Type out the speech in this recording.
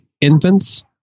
infants